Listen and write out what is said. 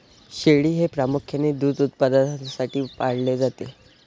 शेळी हे प्रामुख्याने दूध उत्पादनासाठी पाळले जाते